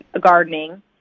gardening